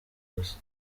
ijosi